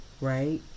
right